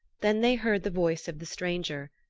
then they heard the voice of the stranger,